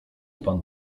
pan